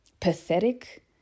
pathetic